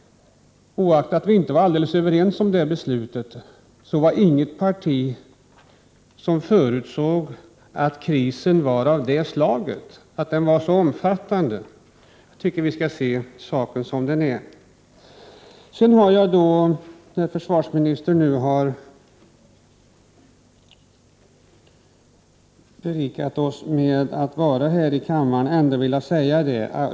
Oaktat vi inte var alldeles överens om detta beslut, var det inget parti som förutsåg att krisen var av det slaget, att den var så omfattande. Jag tycker att vi skall se saken som den är. När försvarsministern nu har berikat oss med att vara här i kammaren vill jag säga några saker.